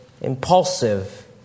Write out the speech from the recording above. impulsive